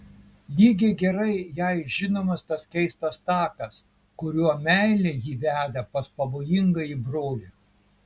lygiai gerai jai žinomas tas keistas takas kuriuo meilė jį veda pas pavojingąjį brolį